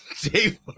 Dave